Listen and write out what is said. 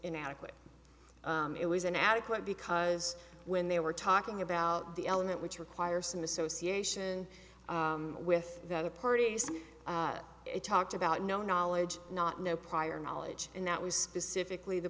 inadequate it was inadequate because when they were talking about the element which require some association with the other parties talked about no knowledge not no prior knowledge and that was specifically the